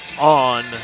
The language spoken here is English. on